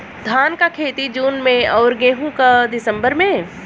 धान क खेती जून में अउर गेहूँ क दिसंबर में?